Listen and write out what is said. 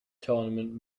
tournament